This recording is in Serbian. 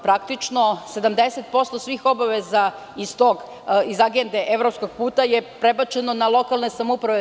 Praktično 70% svih obaveza iz agende evropskog puta je prebačeno na lokalne samouprave.